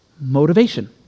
Motivation